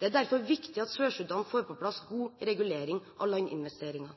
Det er derfor viktig at Sør-Sudan får på plass en god regulering av landinvesteringer.